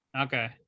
okay